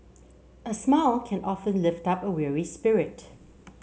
a smile can often lift up a weary spirit